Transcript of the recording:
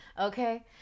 okay